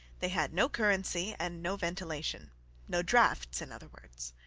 they had no currency and no ventilation no drafts, in other words.